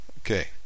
Okay